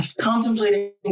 Contemplating